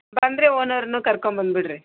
ಬಂದರೆ ಓನರ್ನೂ ಕರ್ಕೊಂಡು ಬಂದು ಬಿಡಿರಿ